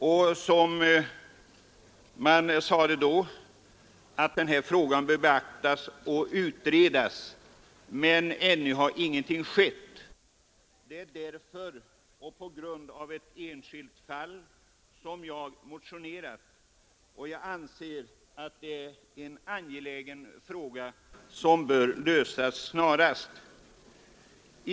Utskottet sade då att frågan bör beaktas och utredas, men ännu har ingenting skett. Det är därför och på grund av ett enskilt fall som jag har motionerat. Jag anser att detta är en angelägen fråga som bör lösas snarast.